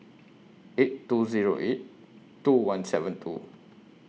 eight two Zero eight two one seven two